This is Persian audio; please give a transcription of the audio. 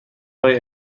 های